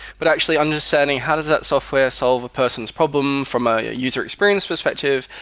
but actually understanding how does that software solve a person's problem from a user experience perspective?